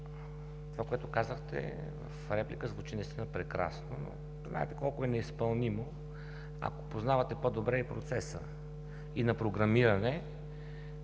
това, което казахте в реплика, звучи наистина прекрасно, но знаете колко е неизпълнимо, ако познавате по-добре и процеса на програмиране,